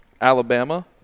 Alabama